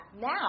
Now